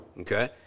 Okay